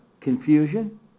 confusion